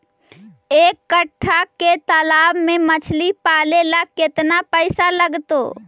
एक कट्ठा के तालाब में मछली पाले ल केतना पैसा लगतै?